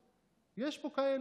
יש פה כאלה,